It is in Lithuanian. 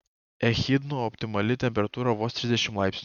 echidnų optimali temperatūra vos trisdešimt laipsnių